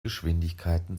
geschwindigkeiten